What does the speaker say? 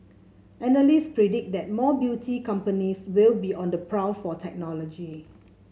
analysts predict that more beauty companies will be on the prowl for technology